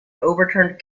overturned